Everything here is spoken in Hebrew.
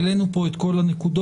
העלינו כאן את כל הנקודות.